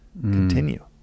continue